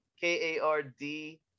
K-A-R-D